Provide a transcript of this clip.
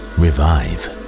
revive